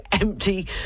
empty